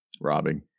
Robbing